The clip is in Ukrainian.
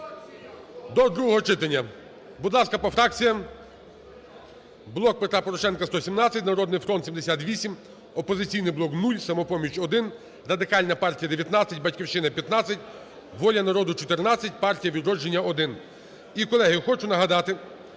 до другого читання. Будь ласка, по фракціям: "Блок Петра Порошенка" – 117, "Народний фронт" – 78, "Опозиційний блок" – 0, "Самопоміч" – 1, Радикальна партія – 19, "Батьківщина" – 15, "Воля народу" – 14, "Партія "Відродження" – 1. І, колеги, хочу нагадати,